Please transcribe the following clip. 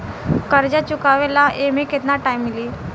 कर्जा चुकावे ला एमे केतना टाइम मिली?